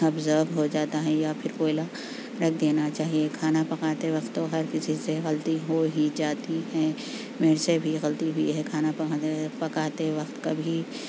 observe ہو جاتا ہے یا پھر کوئلہ رکھ دینا چاہیے کھانا پکاتے وقت تو ہر کسی سے غلطی ہو ہی جاتی ہے میرے سے بھی غلطی ہوئی ہے کھانا پکاتے پکاتے وقت کبھی